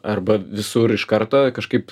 arba visur iš karto kažkaip